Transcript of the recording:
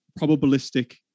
probabilistic